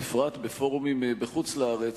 בפרט בפורומים בחוץ-לארץ,